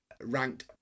ranked